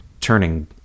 turning